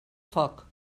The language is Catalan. foc